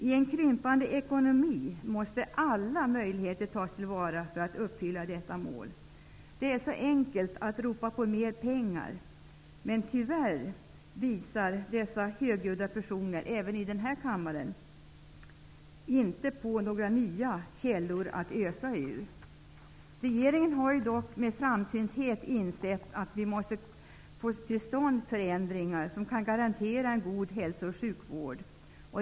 I en krympande ekonomi måste alla möjligheter tas till vara för att uppfylla detta mål. Det är så enkelt att ropa på mer pengar -- men tyvärr visar de högljudda personer som gör det, även i den här kammaren, inte på några nya källor att ösa ur. Regeringen har dock med framsynthet insett att vi måste få till stånd förändringar som kan garantera en god hälso och sjukvård.